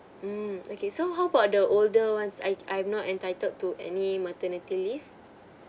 mm okay so how about the older one I I'm not entitled to any maternity leave